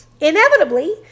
Inevitably